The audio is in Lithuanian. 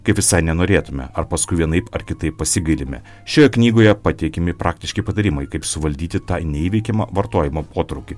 kaip visai nenorėtume ar paskui vienaip ar kitaip pasigailime šioje knygoje pateikiami praktiški patarimai kaip suvaldyti tą neįveikiamą vartojimo potraukį